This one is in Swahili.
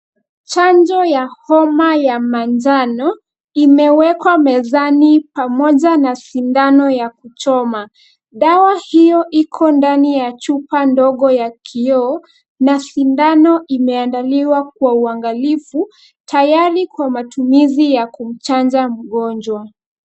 Chanjo ya homa ya manjano imewekwa mezani pamoja na sindano ya kuchoma. Dawa hiyo iko ndani ya chupa ndogo ya kioo na sindano imeandaliwa kwa uangalifu tayari kwa matumizi ya kumchanja mgonjwa.